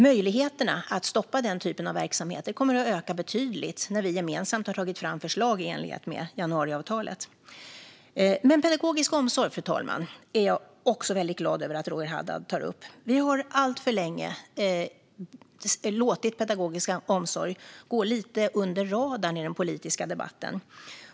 Möjligheterna att stoppa den typen av verksamhet kommer att öka betydligt när vi gemensamt har tagit fram förslag i enlighet med januariavtalet. Fru talman! Jag är också väldigt glad över att Roger Haddad tar upp pedagogisk omsorg. Vi har alltför länge låtit pedagogisk omsorg gå lite under radarn i den politiska debatten.